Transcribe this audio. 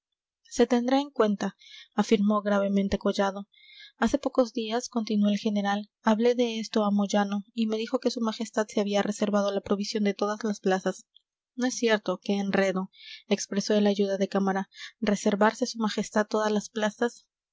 se tendrá en cuenta afirmó gravemente collado hace pocos días continuó el general hablé de esto a moyano y me dijo que su majestad se había reservado la provisión de todas las plazas no es cierto qué enredo expresó el ayuda de cámara reservarse su majestad todas las plazas